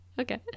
Okay